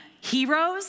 heroes